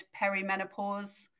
perimenopause